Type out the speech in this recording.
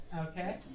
Okay